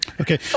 Okay